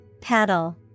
Paddle